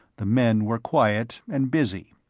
the men were quiet and busy.